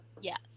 Yes